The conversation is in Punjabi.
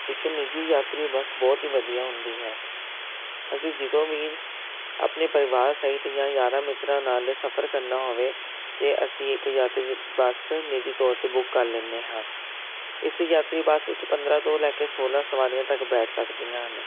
ਇੱਕ ਨਿੱਜੀ ਯਾਤਰੀ ਬੱਸ ਬਹੁਤ ਹੀ ਵਧੀਆ ਹੁੰਦੀ ਹੈ ਅਸੀਂ ਜਦੋਂ ਵੀ ਆਪਣੇ ਪਰਿਵਾਰ ਸਹਿਤ ਜਾਂ ਯਾਰਾਂ ਮਿੱਤਰਾਂ ਨਾਲ ਸਫਰ ਕਰਨਾ ਹੋਵੇ ਤਾਂ ਅਸੀਂ ਇੱਕ ਯਾਤਰੀ ਬੱਸ ਨਿੱਜੀ ਤੌਰ 'ਤੇ ਬੁੱਕ ਕਰ ਲੈਂਦੇ ਹਾਂ ਇਸ ਯਾਤਰੀ ਬੱਸ ਵਿੱਚ ਪੰਦਰਾਂ ਤੋਂ ਲੈ ਕੇ ਸੋਲਾਂ ਸਵਾਰੀਆਂ ਤੱਕ ਬੈਠ ਸਕਦੀਆਂ ਹਨ